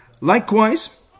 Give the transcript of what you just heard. likewise